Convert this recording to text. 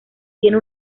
tiene